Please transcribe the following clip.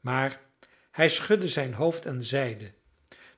maar hij schudde zijn hoofd en zeide